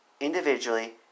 individually